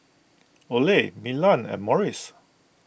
Olay Milan and Morries